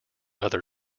other